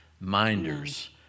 minders